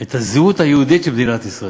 את הזהות היהודית של מדינת ישראל.